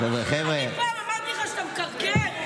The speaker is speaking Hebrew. אני פעם אמרתי לך שאתה מקרקר?